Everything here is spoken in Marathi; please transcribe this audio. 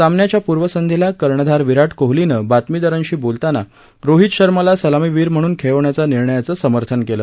सामन्याच्या पूर्वसंध्येला कर्णधार विराट कोहलीनं बातमीदारांशी बोलताना रोहित शर्माला सलामीवीर म्हणून खेळवण्याच्या निर्णयाचं समर्थन केलं